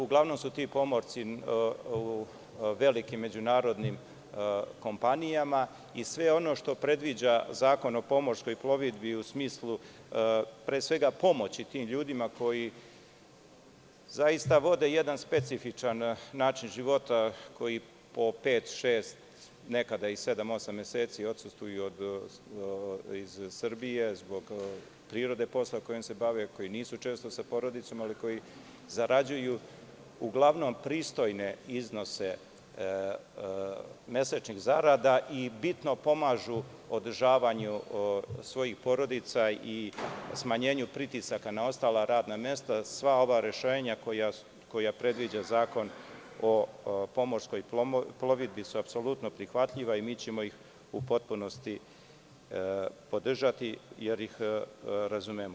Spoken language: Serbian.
Uglavnom su ti pomorci u velikim međunarodnim kompanijama i sve ono što predviđa Zakon o pomorskoj plovidbi, u smislu pre svega pomoći tim ljudima koji zaista vode jedan specifičan način života, koji po pet, šest, a nekada i sedam, osam meseci odsustvuju iz Srbije zbog prirode posla kojim se bave, nisu često sa porodicom, ali zarađuju uglavnom pristojne iznose mesečnih zarada i bitno pomažu održavanju svojih porodica i smanjenju pritisaka na ostala radna mesta, dakle, sva ova rešenja koja predviđa Zakon o pomorskoj plovidbi su apsolutno prihvatljiva i mi ćemo ih u potpunosti podržati jer ih razumemo.